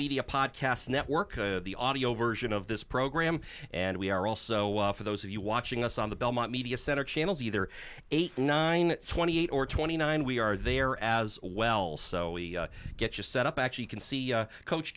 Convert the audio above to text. media podcast network the audio version of this program and we are also for those of you watching us on the belmont media center channels either eight nine twenty eight or twenty nine we are there as well so we get you set up actually can see coach